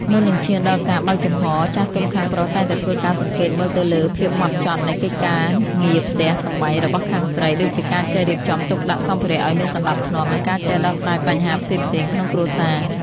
មុននឹងឈានដល់ការបើកចំហ ចាស់ទុំខាងប្រុសតែងតែធ្វើការសង្កេតមើលទៅលើភាពហ្មត់ចត់នៃកិច្ចការងារផ្ទះសម្បែងរបស់ខាងស្រី ដូចជាការចេះរៀបចំទុកដាក់សម្ភារៈឱ្យមានសណ្តាប់ធ្នាប់ និងការចេះដោះស្រាយបញ្ហាផ្សេងៗក្នុងគ្រួសារ។